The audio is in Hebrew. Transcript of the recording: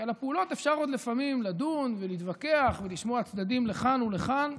כי על הפעולות אפשר עוד לפעמים לדון ולהתווכח ולשמוע צדדים לכאן ולכאן,